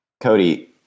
Cody